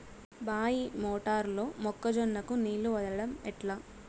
బాయి మోటారు లో మొక్క జొన్నకు నీళ్లు వదలడం ఎట్లా?